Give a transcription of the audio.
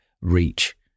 reach